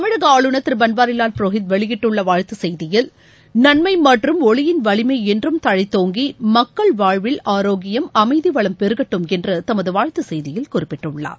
தமிழக ஆளுநர் திரு பன்வாரிவால் புரோஹித் வெளியிட்டுள்ள வாழ்த்து செய்தியில் நன்மை மற்றும் ஒளியின் வலிமை என்றும் தழைத்தோங்கி மக்கள் வாழ்வில் ஆரோக்கியம் அமைதி வளம் பெருகட்டும் என்று தமது வாழ்த்து செய்தியில் குறிப்பிட்டுள்ளார்